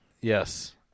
Yes